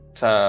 sa